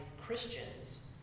Christians